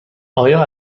آیا